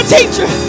teacher